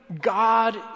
God